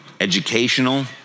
educational